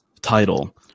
title